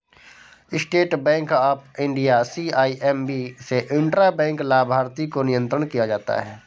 state bank of India CIMB से intra bank लाभार्थी को नियंत्रण किया जाता है